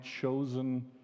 chosen